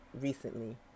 recently